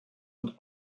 und